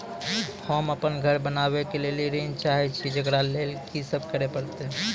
होम अपन घर बनाबै के लेल ऋण चाहे छिये, जेकरा लेल कि सब करें परतै?